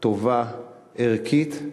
טובה, ערכית.